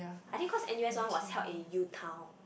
I think cause N_U_S one was held in U-Town